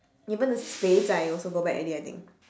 even the 废柴 also go back already I think